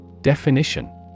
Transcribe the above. Definition